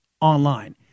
online